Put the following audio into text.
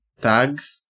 tags